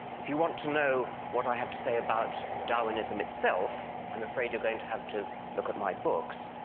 if you want to know what i have to say about darwinism itself, i'm afraid you're going to have to look at my books,